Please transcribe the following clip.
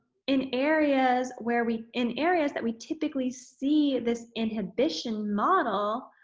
in areas where we in areas that we typically see this inhibition model